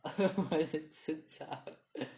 我以为吃草